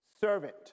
Servant